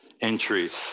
entries